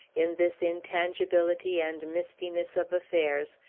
in this intangibility and mistiness of affairs,